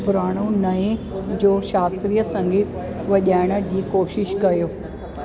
पुराणो नए जो शास्त्रीय संगीत वॼाइण जी कोशिशि कयो